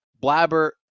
Blabber